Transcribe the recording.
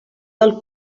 del